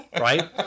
Right